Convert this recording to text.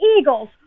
Eagles